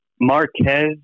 Marquez